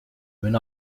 wenn